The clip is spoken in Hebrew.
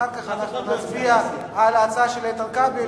אחר כך אנחנו נצביע על ההצעה של איתן כבל.